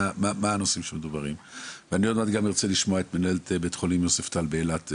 עוד מעט נשמע גם את מנהלת בית החולים יוספטל באילת,